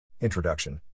Introduction